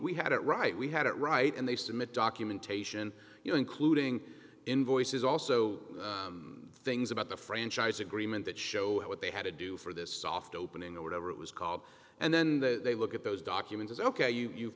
had it right we had it right and they submit documentation you know including invoices also things about the franchise agreement that show what they had to do for this soft opening or whatever it was called and then that they look at those documents is ok you